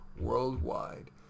worldwide